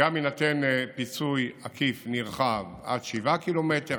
גם יינתן פיצוי עקיף נרחב עד 7 קילומטר,